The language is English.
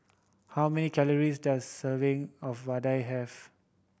how many calories does a serving of vadai have